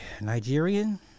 Nigerian